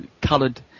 coloured